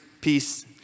peace